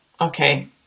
okay